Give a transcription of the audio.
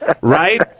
Right